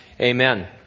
Amen